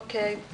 תודה.